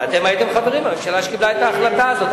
אתם הייתם חברים בממשלה שקיבלה את ההחלטה הזאת.